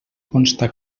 consta